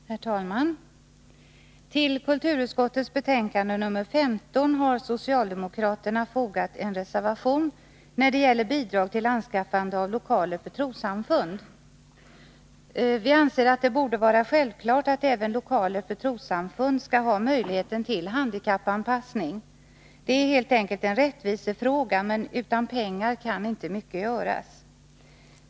Herr talman! Till kulturutskottets betänkande nr 15 har socialdemokraterna fogat en reservation som gäller bidrag till anskaffande av lokaler för trossamfund. Vi anser att det borde vara självklart att möjlighet till handikappanpassning skall föreligga även i fråga om lokaler för trossamfund. Det är helt enkelt en rättvisefråga, och utan pengar kan inte mycket göras.